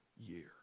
year